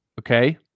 Okay